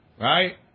Right